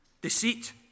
Deceit